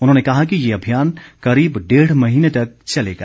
उन्होंने कहा कि ये अभियान करीब डेढ़ महीने तक चलेगा